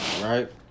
right